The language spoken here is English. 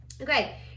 Okay